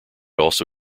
also